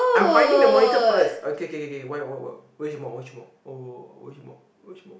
I'm finding the monitor first okay k k k why why what wei shen me wei shen me wei shen me